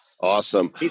Awesome